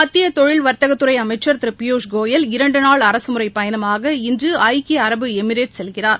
மத்திய தொழில் வாத்தகத்துறை அமைச்சர் திரு பியூஷ் கோயல் இரண்டு நாள் அரகமுறைப் பயணமாக இன்று ஐக்கிய அரபு எமிரேட்ஸ் செல்கிறார்